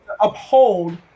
Uphold